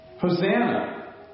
Hosanna